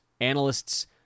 Analysts